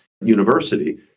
university